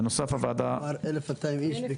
בנוסף, הוועדה --- 1,200 איש.